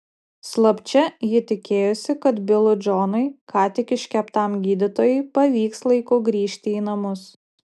slapčia ji tikėjosi kad bilui džonui ką tik iškeptam gydytojui pavyks laiku grįžti į namus